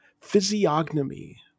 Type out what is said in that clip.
physiognomy